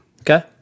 Okay